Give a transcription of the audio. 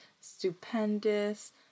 stupendous